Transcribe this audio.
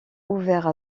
ouvert